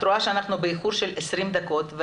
את רואה שאנחנו באיחור של 20 דקות,